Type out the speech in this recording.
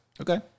Okay